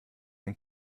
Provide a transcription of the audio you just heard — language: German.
ein